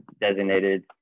designated